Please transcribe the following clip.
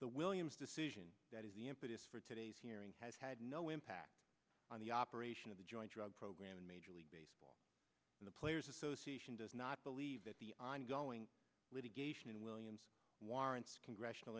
the williams decision that is the impetus for today's hearing has had no impact on the operation of the joint drug program in major league baseball the players association does not believe that the ongoing litigation in williams warrants congressional